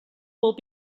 will